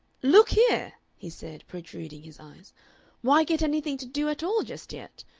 look here, he said, protruding his eyes why get anything to do at all just yet?